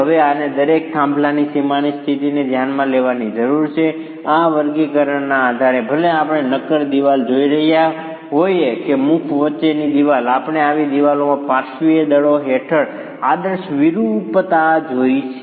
હવે આને દરેક થાંભલાની સીમાની સ્થિતિને ધ્યાનમાં લેવાની જરૂર છે અને આ વર્ગીકરણના આધારે ભલે આપણે નક્કર દીવાલ જોઈ રહ્યા હોઈએ કે મુખ વચ્ચેની દીવાલ આપણે આવી દિવાલોના પાર્શ્વીય દળો હેઠળ આદર્શ વિરૂપતા જોઈ છે